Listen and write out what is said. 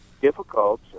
difficult